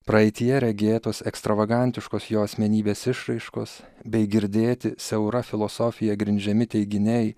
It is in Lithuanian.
praeityje regėtos ekstravagantiškos jo asmenybės išraiškos bei girdėti siaura filosofija grindžiami teiginiai